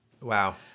Wow